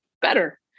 better